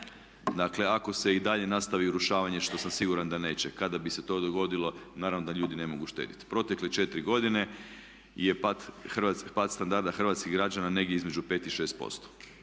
Dakle, ako se i dalje nastavi urušavanje što sam siguran da neće. Kada bi se to dogodilo naravno da ljudi ne mogu štediti. Protekle četiri godine je pad standarda hrvatskih građana negdje između 5 i 6%